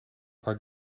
are